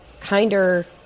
kinder